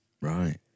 Right